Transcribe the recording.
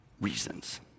reasons